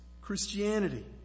Christianity